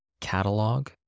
catalog